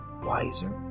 wiser